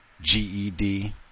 GED